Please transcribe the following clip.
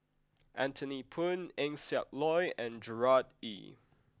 Anthony Poon Eng Siak Loy and Gerard Ee